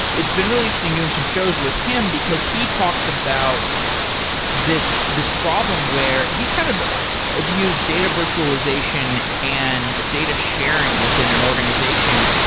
it's been really interesting doing some shows with him, because he talks about this this problem where he kind of have used data virtualization and data sharing within an organization,